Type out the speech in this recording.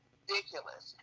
ridiculous